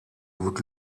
would